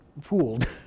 fooled